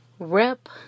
Rep